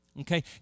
Okay